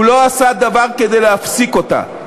הוא לא עשה דבר כדי להפסיק אותה.